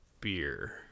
beer